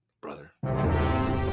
Brother